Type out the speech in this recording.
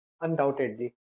undoubtedly